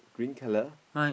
my